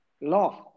Love